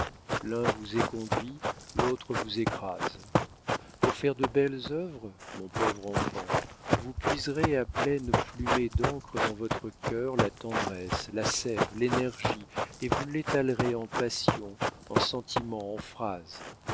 l'un vous éconduit l'autre vous écrase pour faire de belles œuvres mon pauvre enfant vous puiserez à pleines plumées d'encre dans votre cœur la tendresse la séve l'énergie et vous l'étalerez en passions en sentiments en phrases